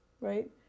Right